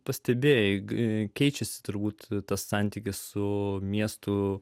pastebėjai kai keičiasi turbūt tas santykis su miestu